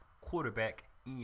quarterback